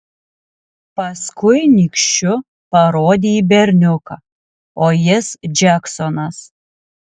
paskui nykščiu parodė į berniuką o jis džeksonas